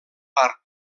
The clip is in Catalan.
parc